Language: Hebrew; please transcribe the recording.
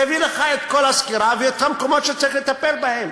והוא יביא לך את כל הסקירה ואת המקומות שצריך לטפל בהם.